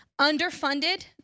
underfunded